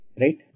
right